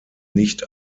nicht